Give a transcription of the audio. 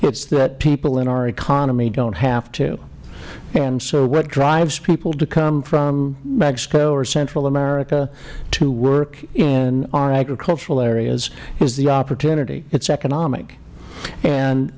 is that people in our economy dont have to and so what drives people to come from mexico or central america to work in our agricultural areas is the opportunity it is economic and